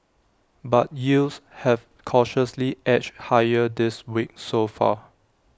but yields have cautiously edged higher this week so far